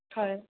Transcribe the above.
হয়